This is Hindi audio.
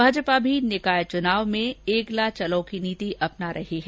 भाजपा भी निकाय चुनाव में एकला चलो की नीति अपना रही है